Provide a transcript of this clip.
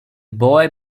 boy